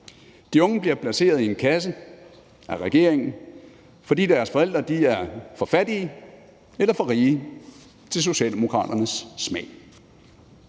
De unge bliver placeret i en kasse af regeringen, fordi deres forældre er for fattige eller for rige efter Socialdemokraternes smag.